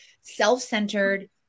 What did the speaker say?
self-centered